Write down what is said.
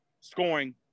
scoring